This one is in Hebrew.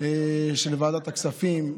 של ועדת הכספים,